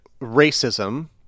racism